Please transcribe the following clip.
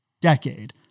decade